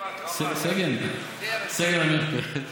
סגן עמיר פרץ?